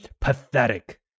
Pathetic